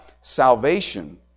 salvation